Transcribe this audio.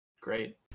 Great